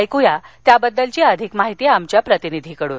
ऐकू या त्याबद्दलची अधिक माहिती आमच्या प्रतिनिधीकडून